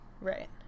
Right